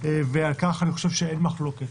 ועל כך אני חושב שאין מחלוקת.